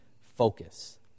focus